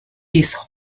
these